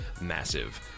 massive